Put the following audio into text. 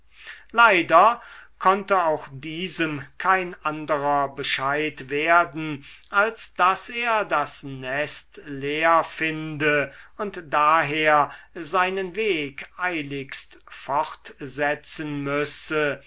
leider konnte auch diesem kein anderer bescheid werden als daß er das nest leer finde und daher seinen weg eiligst fortsetzen müsse